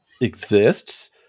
exists